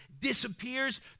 Disappears